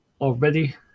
Already